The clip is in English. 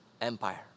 Empire